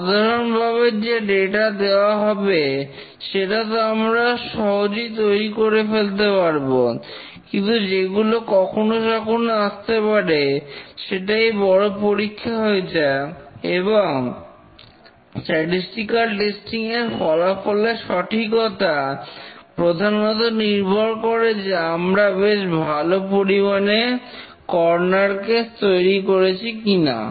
সাধারণভাবে যে ডেটা দেওয়া হবে সেটা তো আমরা সহজেই তৈরি করে ফেলতে পারব কিন্তু যেগুলো কখনো সখনো আসতে পারে সেটাই বড় পরীক্ষা হয়ে যায় এবং স্ট্যাটিস্টিকাল টেস্টিং এর ফলাফলের সঠিকতা প্রধানত নির্ভর করে যে আমরা বেশ ভালো পরিমাণে কর্নার কেস তৈরি করেছি কিনা